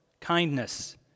kindness